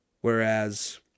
Whereas